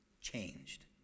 changed